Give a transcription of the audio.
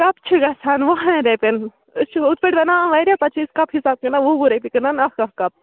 cup چھِ گژھان وُہَن رۄپیَن أسۍ چھِ ہُتھٕ پٲٹھۍ وَنان واریاہ پَتہٕ چھِ أسۍ کَپ حساب کٕنان وُہ وُہ رۄپیہِ کٕنان اَکھ اَکھ کَپ